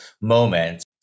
moment